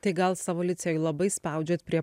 tai gal savo licėjuj labai spaudžiat prie